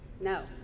No